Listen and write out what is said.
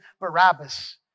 Barabbas